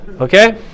Okay